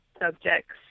subjects